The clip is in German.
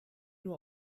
nur